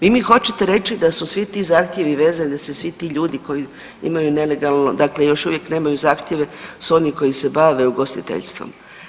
Vi mi hoćete reći da su svi ti zahtjevi … [[Govornik se ne razumije]] , da se svi ti ljudi koji imaju nelegalno dakle još uvijek nemaju zahtjeve su oni koji se bave ugostiteljstvom.